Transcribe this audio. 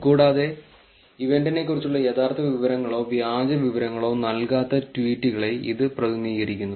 കൂടാതെ ഇവന്റിനെക്കുറിച്ചുള്ള യഥാർത്ഥ വിവരങ്ങളോ വ്യാജ വിവരങ്ങളോ നൽകാത്ത ട്വീറ്റുകളെ ഇത് പ്രതിനിധീകരിക്കുന്നു